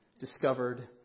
discovered